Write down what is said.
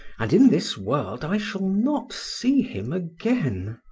and in this world i shall not see him again.